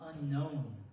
unknown